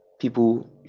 people